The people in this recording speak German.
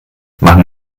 machen